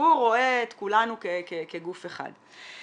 הציבור רואה את כולנו כגוף אחד.